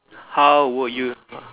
how would you